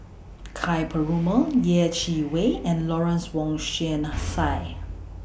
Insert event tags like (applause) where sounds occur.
(noise) Ka Perumal Yeh Chi Wei and Lawrence Wong Shyun (noise) Tsai